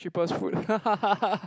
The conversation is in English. cheapest food